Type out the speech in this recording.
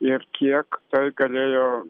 ir kiek tai galėjo